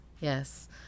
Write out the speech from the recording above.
Yes